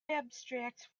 abstract